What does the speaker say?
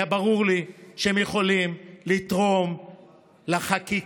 היה ברור לי שהם יכולים לתרום לחקיקה